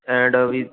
and we